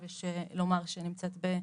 שיש לומר שנמצאת עכשיו